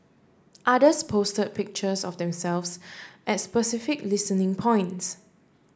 others posted pictures of themselves at specific listening points